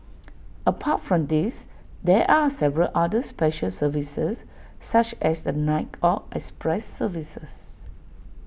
apart from these there are several other special services such as the night or express services